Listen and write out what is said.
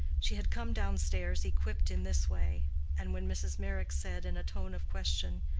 she had come down-stairs equipped in this way and when mrs. meyrick said, in a tone of question,